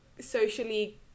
socially